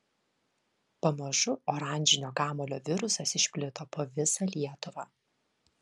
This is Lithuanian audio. pamažu oranžinio kamuolio virusas išplito po visą lietuvą